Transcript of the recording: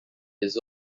his